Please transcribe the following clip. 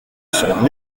son